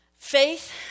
Faith